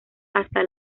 hasta